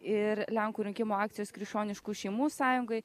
ir lenkų rinkimų akcijos krikščioniškų šeimų sąjungai